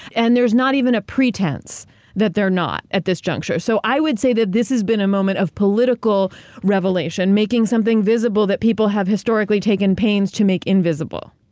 and there's not even a pretense that they're not at this juncture. so i would say that this has been a moment of political revelation, making something visible that people have historically taken pains to make invisible.